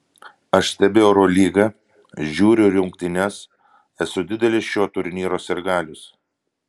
aš stebiu eurolygą žiūriu rungtynes esu didelis šio turnyro sirgalius